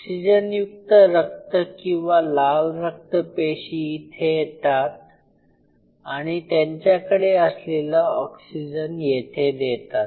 ऑक्सीजनयुक्त रक्त किंवा लाल रक्त पेशी इथे येतात आणि त्यांच्याकडे असलेला ऑक्सीजन येथे देतात